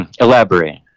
elaborate